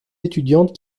étudiantes